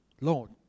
Lord